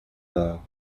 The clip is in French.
arts